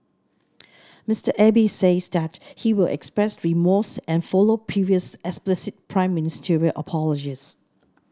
Mister Abe says that he will express remorse and follow previous explicit Prime Ministerial apologies